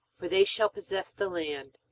for they shall possess the land.